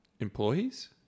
Employees